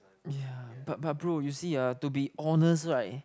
ya but but bro you see ah to be honest [right]